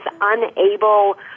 unable